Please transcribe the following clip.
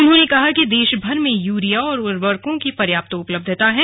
उन्होंने कहा कि देशभर में यूरिया और उर्वरक की पर्याप्त उपलब्यता है